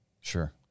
Sure